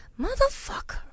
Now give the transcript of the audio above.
motherfucker